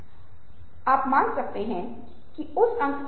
सहानुभूति से लेकर क्रिया तक केवल समान होना ही पर्याप्त नहीं है